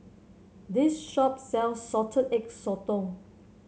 this shop sells Salted Egg Sotong